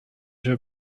her